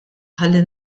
ħalli